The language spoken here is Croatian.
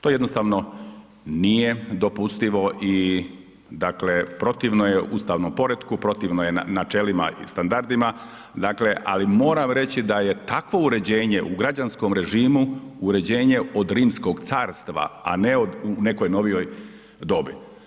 To jednostavno nije dopustivo i dakle protivno je ustavnom poretku, protivno je načelima i standardima, dakle ali moram reći da je takvo uređenje u građanskom režimu, u ređenje od Rimskog carstva a ne u nekoj novijoj dobi.